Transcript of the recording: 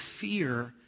fear